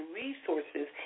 resources